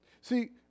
See